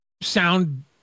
sound